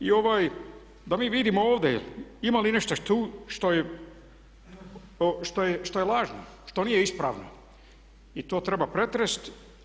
I da mi vidimo ovdje ima li nešto što je lažno, što nije ispravno i to treba pretrest.